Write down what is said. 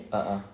ah ah